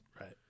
Right